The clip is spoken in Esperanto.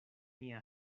nia